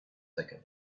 thicker